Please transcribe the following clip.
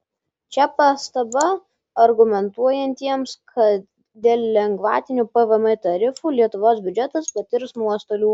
čia pastaba argumentuojantiems kad dėl lengvatinių pvm tarifų lietuvos biudžetas patirs nuostolių